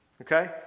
Okay